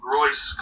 Royce